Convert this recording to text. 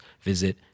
visit